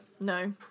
No